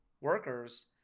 workers